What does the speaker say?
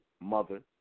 mother